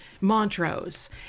Montrose